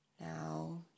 Now